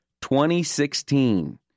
2016